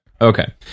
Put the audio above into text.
okay